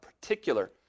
particular